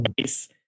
face